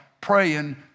praying